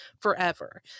forever